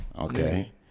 Okay